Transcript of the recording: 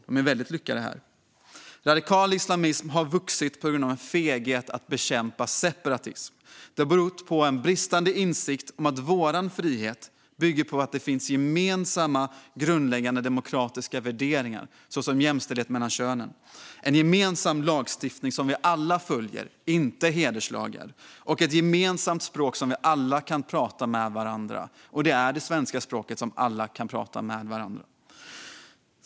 De är väldigt lyckade här. Radikal islamism har vuxit på grund av en feghet att bekämpa separatism. Det har berott på en bristande insikt om att vår frihet bygger på att det finns gemensamma grundläggande demokratiska värderingar, såsom jämställdhet mellan könen, en gemensam lagstiftning som vi alla följer, inte hederslagar, och ett gemensamt språk som vi alla kan prata med varandra, vilket för oss är det svenska språket.